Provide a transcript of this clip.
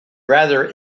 rather